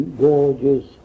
gorgeous